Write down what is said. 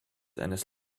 eines